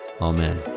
amen